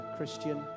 Christian